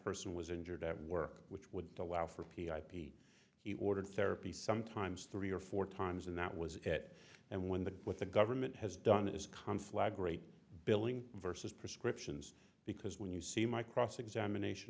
person was injured at work which would allow for p r p he ordered therapy sometimes three or four times and that was that and when the what the government has done is conflagrate billing versus prescriptions because when you see my cross examination